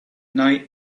night